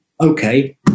Okay